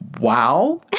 wow